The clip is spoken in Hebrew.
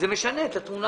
זה לגמרי משנה את התמונה.